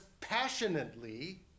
Passionately